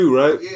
right